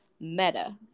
Meta